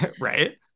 Right